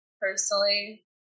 Personally